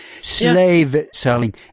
slave-selling